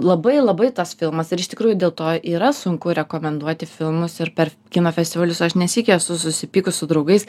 labai labai tas filmas ir iš tikrųjų dėl to yra sunku rekomenduoti filmus ir per kino festivalius aš ne sykį esu susipykus su draugais